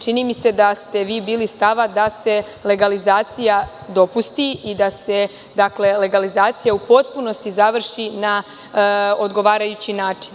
Čini mi se da ste vi bili stava da se legalizacija dopusti i da se legalizacija u potpunosti završi na odgovarajući način.